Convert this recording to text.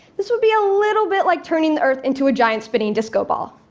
this would be a little bit like turning the earth into a giant spinning disco ball.